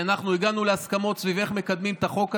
שהגענו להסכמות סביב איך מקדמים את החוק הזה,